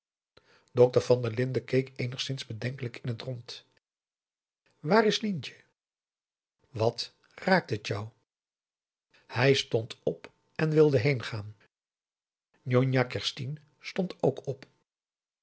dokter van der linden keek eenigszins bedenkelijk in het rond waar is lientje wat raakt het jou hij stond op en wilde heengaan njonjah kerstien stond ook op